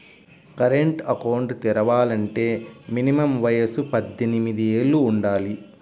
current account తెరవాలంటే minimum వయసు పద్దెనిమిది యేళ్ళు వుండాలి